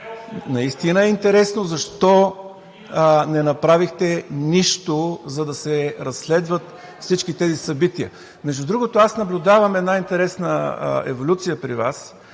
Наистина е интересно защо не направихте нищо, за да се разследват всички тези събития? Между другото, аз наблюдавам една интересна еволюция при Вас